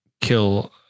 kill